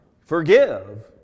forgive